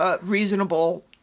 reasonable